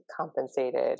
compensated